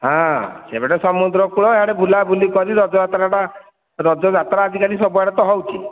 ହଁ ସେପଟେ ସମୁଦ୍ରକୂଳ ଇଆଡ଼େ ବୁଲାବୁଲି କରି ରଜଯାତ୍ରାଟା ରଜଯାତ୍ରା ଆଜିକାଲି ସବୁଆଡ଼େ ତ ହେଉଛି